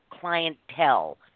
clientele